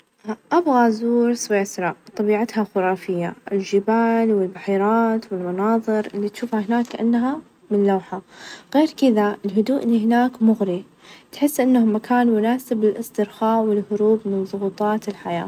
شهر رمظان هو الأفضل عندي يعني أجواءها مميزة من الصيام تراويح، للجمعة مع الأهل على الفطور ،تحس فيها بروحانية وهدوء -كا- وكان الحياة -ت-تاخذ راحة ،وتبطيء شوية.